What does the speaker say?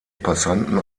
passanten